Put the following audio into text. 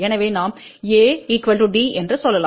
எனவே நாம் A D என்று சொல்லலாம்